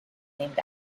named